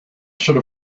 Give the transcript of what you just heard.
should